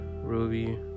ruby